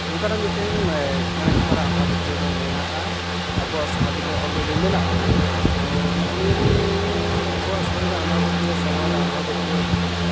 ᱱᱚᱝᱠᱟᱱᱟᱜ ᱢᱤᱫᱴᱮᱱ ᱪᱮᱬᱮ ᱪᱮᱛᱟᱱ ᱨᱮ ᱟᱸᱫᱷᱟ ᱯᱟᱹᱛᱭᱟᱹᱣ ᱫᱚ ᱢᱮᱱᱟᱜᱼᱟ ᱟᱵᱚᱣᱟᱜ ᱥᱚᱢᱟᱡᱽ ᱨᱮᱫᱚ ᱚᱞᱨᱮᱰᱤ ᱢᱮᱱᱟᱜᱼᱟ ᱱᱤᱭᱟᱹ ᱠᱚᱫᱚ ᱛᱳ ᱱᱚᱜᱼᱚ ᱱᱤᱭᱟᱹᱜᱮ ᱟᱵᱚᱣᱟᱜ ᱥᱚᱢᱟᱡᱽ ᱨᱮ ᱟᱸᱫᱷᱟ ᱯᱟᱹᱛᱭᱟᱹᱣ ᱥᱮᱨᱣᱟ ᱨᱮ ᱟᱸᱫᱷᱟ ᱯᱟᱹᱛᱭᱟᱹᱣ